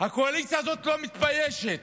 הקואליציה הזו לא מתביישת.